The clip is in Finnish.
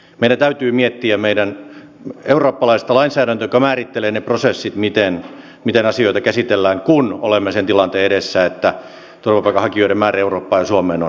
meidän täytyy miettiä meidän eurooppalaista lainsäädäntöämme joka määrittelee ne prosessit miten asioita käsitellään kun olemme sen tilanteen edessä että turvapaikanhakijoiden määrä eurooppaan ja suomeen on moninkertainen